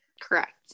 Correct